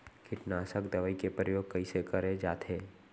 कीटनाशक दवई के प्रयोग कइसे करे जाथे?